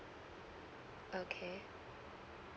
okay